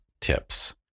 tips